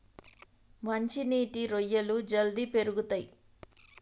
మంచి నీటి రొయ్యలు జల్దీ పెరుగుతయ్